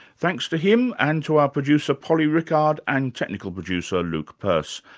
thanks to him and to our producer, polly rickard, and technical producer, luke purse.